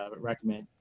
recommend